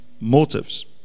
motives